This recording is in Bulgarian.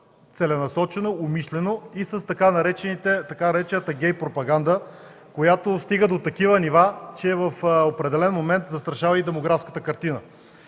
целенасочено, умишлено и с така наречената „гей пропаганда”, която стига до такива нива, че в определен момент застрашава и демографската картина.